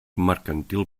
mercantil